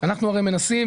אנחנו הרי מנסים,